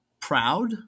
proud